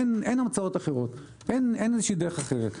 אין המצאות אחרות, אין דרך אחרת.